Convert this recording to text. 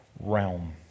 realm